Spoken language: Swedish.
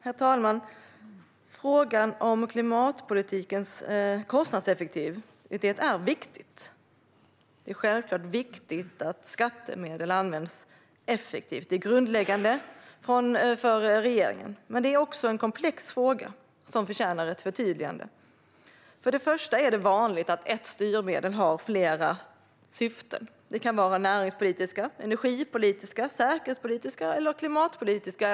Herr talman! Frågan om klimatpolitikens kostnadseffektivitet är viktig. Det är självklart viktigt att skattemedel används effektivt. Det är grundläggande för regeringen. Men det är också en komplex fråga som förtjänar ett förtydligande. För det första är det vanligt att ett styrmedel har flera syften. Det kan vara näringspolitiska, energipolitiska, säkerhetspolitiska eller klimatpolitiska syften.